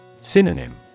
Synonym